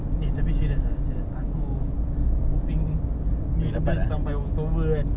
eh tapi serious ah serious aku hoping ni boleh sampai oktober kan